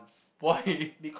why